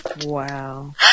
Wow